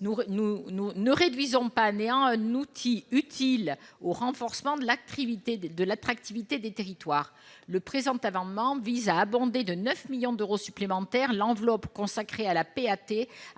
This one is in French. nous, nous nous ne réduisons pas à néant un outil utile au renforcement de l'activité de l'attractivité des territoires, le présente, avant même vise à abonder de 9 millions d'euros supplémentaires, l'enveloppe consacrée à la